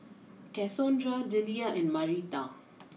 Cassondra Delia and Marita